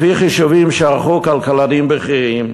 לפי חישובים שערכו כלכלנים בכירים,